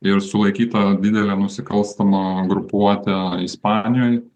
ir sulaikyta didelė nusikalstama grupuotė ispanijoj